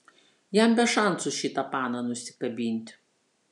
jam be šansų šitą paną nusikabint